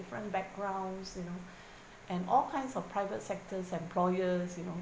different backgrounds you know and all kinds of private sectors' employers you know